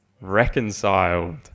reconciled